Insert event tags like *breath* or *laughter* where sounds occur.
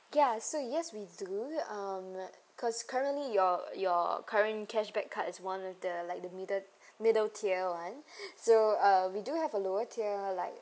ya so yes we do um cause currently your your uh current cashback card is one of the like the meddle middle tier [one] *breath* so uh we do have a lower tier like